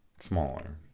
smaller